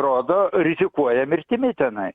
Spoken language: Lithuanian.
rodo rizikuoja mirtimi tenai